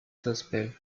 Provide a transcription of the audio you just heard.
sospel